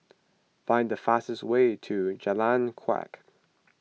find the fastest way to Jalan Kuak